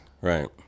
Right